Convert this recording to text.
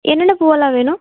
என்னென்ன பூவெல்லாம் வேணும்